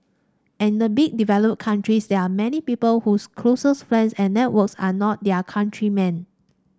and in the big developed countries there are many people whose closest friends and networks are not their countrymen